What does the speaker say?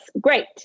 great